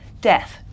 death